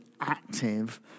active